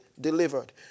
delivered